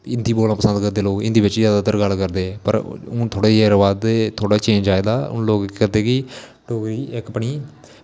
हिन्दी बोलना जैदा पसंद करदे हिन्दी च जैदातर गल्ल करदे पर हून थोह्ड़ा जेह्ड़ा चेंज़ आए दा लोग केह् करदे कि लोग अपनी